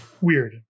Weird